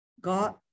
God